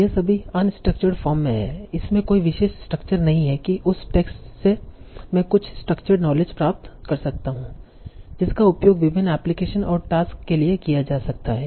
यह सभी unstructured form में है इसमें कोई विशेष स्ट्रक्चर नहीं है कि उस टेक्स्ट से मैं कुछ स्ट्रक्चर्ड नॉलेज प्राप्त कर सकता हूं जिसका उपयोग विभिन्न एप्लीकेशनस और टास्कस के लिए किया जा सकता है